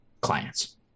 clients